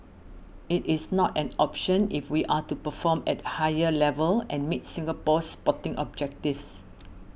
it is not an option if we are to perform at a higher level and meet Singapore's sporting objectives